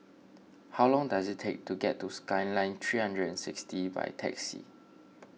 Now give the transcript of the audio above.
how long does it take to get to Skyline three hundred and sixty by taxi